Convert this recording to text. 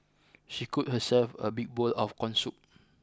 she scooped herself a big bowl of corn soup